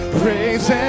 praise